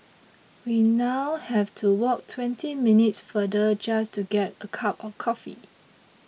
we now have to walk twenty minutes farther just to get a cup of coffee